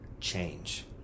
change